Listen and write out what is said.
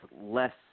less